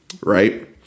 Right